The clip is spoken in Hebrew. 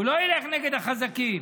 הוא לא ילך נגד החזקים.